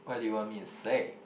what do you want me to say